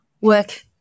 work